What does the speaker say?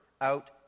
out